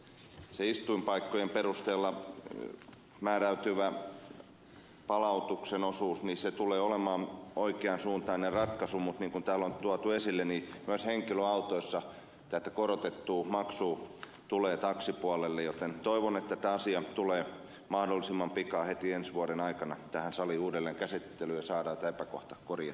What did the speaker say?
se istuinpaikkojen perusteella määräytyvä palautuksen osuus tulee olemaan oikean suuntainen ratkaisu mutta niin kuin täällä on tuotu esille myös henkilöautoissa tätä korotettua maksua tulee taksipuolelle joten toivon että tämä asia tulee mahdollisimman pikaisesti heti ensi vuoden aikana tähän saliin uudelleen käsittelyyn ja saadaan tämä epäkohta korjattua